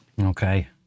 Okay